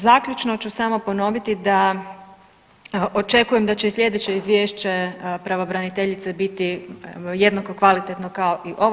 Zaključno ću samo ponoviti da očekujem da će i slijedeće izvješće pravobraniteljice biti jednako kvalitetno kao i ovo.